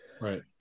Right